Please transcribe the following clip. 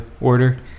order